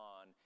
on